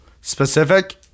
specific